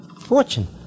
Fortune